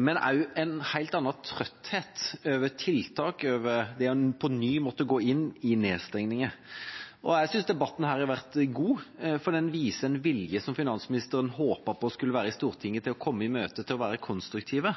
men også en helt annen trøtthet over tiltak, over at en på ny måtte gå inn i nedstengninger. Jeg synes debatten her har vært god, for den viser en vilje som finansministeren håpet på skulle være i Stortinget, om å komme i møte og å være konstruktive.